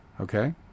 okay